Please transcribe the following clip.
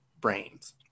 brains